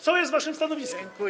Co jest waszym stanowiskiem?